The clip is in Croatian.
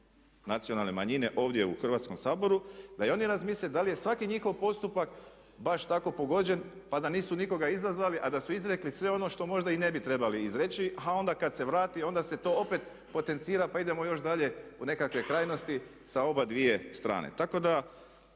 nacionalne manjine ovdje u Hrvatskom saboru, da i oni razmisle da li je svaki njihov postupak baš tako pogođen, pa da nisu nikoga izazvali, a da su izrekli sve ono što možda i ne bi trebali izreći, a onda kad se vrati, onda se to opet potencira pa idemo još dalje u nekakve krajnosti sa oba dvije strane.